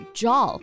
jaw